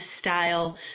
style